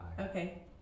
Okay